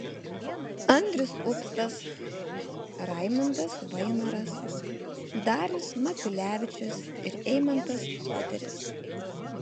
andrius upstas raimundas vainoras darius maciulevičius ir eimantas poderis